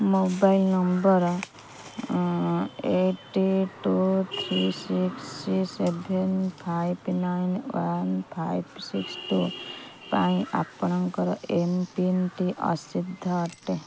mobile number eight two three six seven five nine one five six two ପାଇଁ ଆପଣଙ୍କର ଏମ୍ପିନ୍ଟି ଅସିଦ୍ଧ ଅଟେ